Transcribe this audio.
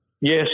Yes